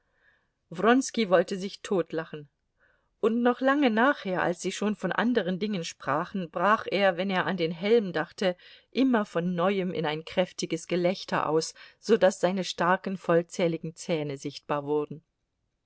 wollte sich totlachen und noch lange nachher als sie schon von anderen dingen sprachen brach er wenn er an den helm dachte immer von neuem in ein kräftiges gelächter aus so daß seine starken vollzähligen zähne sichtbar wurden